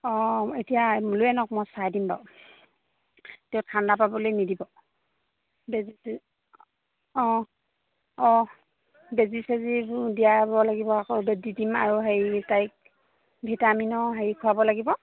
অঁ এতিয়া লৈ আনক মই চাই দিম বাৰু তেও ঠাণ্ডা পাবলৈ নিদিব বেজি অঁ অঁ বেজি চেজিবোৰ দিয়াব লাগিব আকৌ দি দিম আৰু হেৰি তাইক ভিটামিনো হেৰি খোৱাব লাগিব